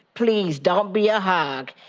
please don't be a hog.